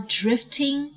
drifting